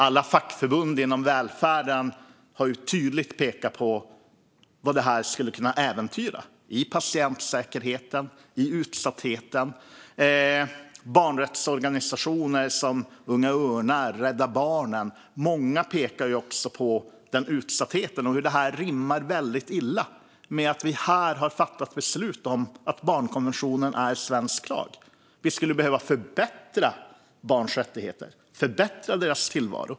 Alla fackförbund inom välfärden har tydligt pekat på vad det skulle kunna äventyra i fråga om patientsäkerheten och utsattheten. Många, bland andra barnrättsorganisationer som Unga Örnar och Rädda Barnen, pekar också på utsattheten och hur väldigt illa det rimmar med att vi har fattat beslut om att barnkonventionen är svensk lag. Vi skulle ju behöva förbättra barns rättigheter och deras tillvaro.